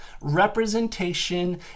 representation